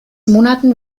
monaten